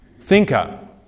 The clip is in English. thinker